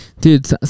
Dude